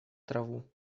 траву